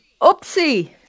Oopsie